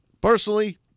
Personally